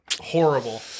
horrible